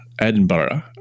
Edinburgh